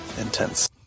intense